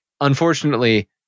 Unfortunately